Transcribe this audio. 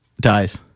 Dies